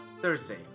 Thursday